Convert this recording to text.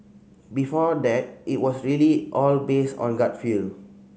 before that it was really all based on gut feel